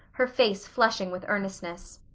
her face flushing with earnestness.